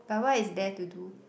but what is there to do